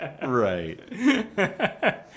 Right